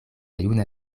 juna